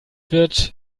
wird